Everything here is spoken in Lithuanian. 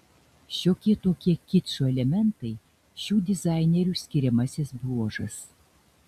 šiokie tokie kičo elementai šių dizainerių skiriamasis bruožas